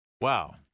Wow